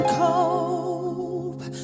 cope